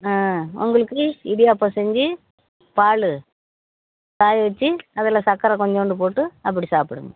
ஆ உங்களுக்கு இடியாப்பம் செஞ்சு பால் பால் ஊற்றி அதில் சக்கரை கொஞ்சோண்டு போட்டு அப்படி சாப்பிடுங்க